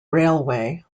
railway